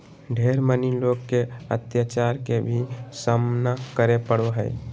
ढेर मनी लोग के अत्याचार के भी सामना करे पड़ो हय